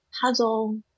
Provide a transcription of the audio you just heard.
puzzle